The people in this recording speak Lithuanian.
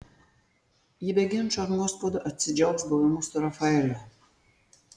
ji be ginčų ar nuoskaudų atsidžiaugs buvimu su rafaeliu